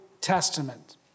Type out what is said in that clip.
Testament